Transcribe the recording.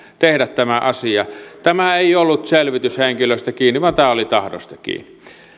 tehdä tämä asia tämä ei ollut selvityshenkilöstä kiinni vaan tämä oli tahdosta kiinni